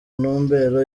ntumbero